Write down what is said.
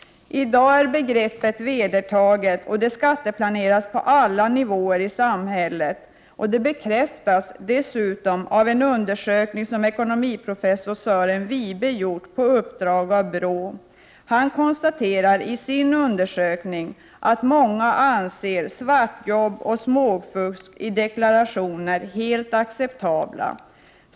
I dag är begreppet vedertaget och det skatteplaneras på alla nivåer i samhället, vilket bekräftas av en undersökning som ekonomiprofessor Sören Wibe gjort på uppdrag av BRÅ. I sin undersökning konstaterar han att många anser att svartjobb eller småfusk i deklarationen är helt acceptabelt.